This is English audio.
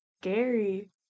scary